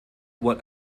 what